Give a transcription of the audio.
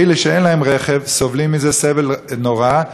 אלה שאין להם רכב סובלים מזה סבל נורא.